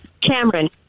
Cameron